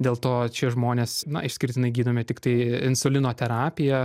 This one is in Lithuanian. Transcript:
dėl to šie žmonės na išskirtinai gydomi tiktai insulino terapija